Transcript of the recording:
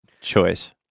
choice